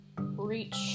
reach